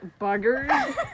Buggers